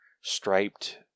striped